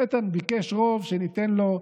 איתן ביקש שניתן לו רוב,